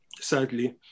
sadly